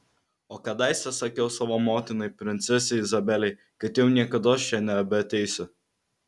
o kadaise sakiau savo motinai princesei izabelei kad jau niekados čia nebeateisiu